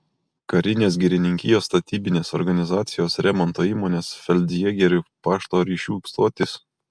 karinės girininkijos statybinės organizacijos remonto įmonės feldjėgerių pašto ryšių stotys